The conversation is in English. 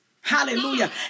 Hallelujah